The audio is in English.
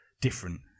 different